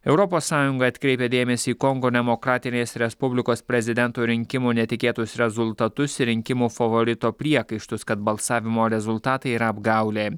europos sąjunga atkreipia dėmesį į kongo demokratinės respublikos prezidento rinkimų netikėtus rezultatus ir rinkimų favorito priekaištus kad balsavimo rezultatai yra apgaulė